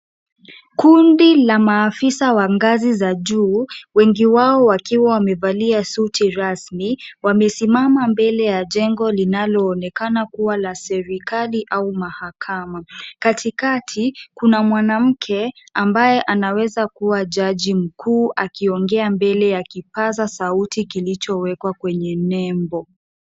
Kundi la maafisa wa ngazi za juu, wengi wao wakiwa wamevalia suti rasmi wamesimama mbele ya jengo linaloonekana kuwa la serikali au mahakama. Katikati kuna mwanamke ambaye anaweza kuwa jaji mkuu akiongea mbele ya kipaza sauti kilichowekwa kwenye nembo.